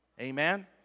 Amen